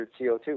CO2